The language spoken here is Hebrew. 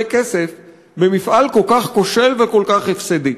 כסף במפעל כל כך כושל וכל כך הפסדי?